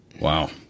Wow